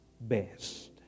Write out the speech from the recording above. best